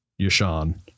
Yashan